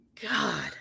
god